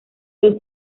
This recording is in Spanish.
dos